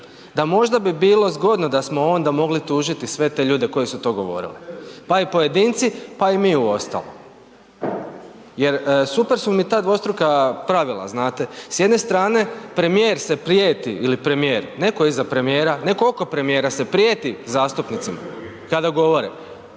da možda bi bilo zgodno da smo onda mogli tužiti sve te ljude koji su to govorili pa i pojedinci pa i mi uostalom. Jer super su mi ta dvostruka pravila, znate, s jedne strane premijer se prijeti, ili premijer, netko iza premijera, netko oko premijera se prijeti zastupnicima kada govore